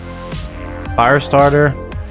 Firestarter